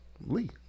Lee